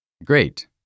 Great